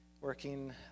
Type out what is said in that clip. working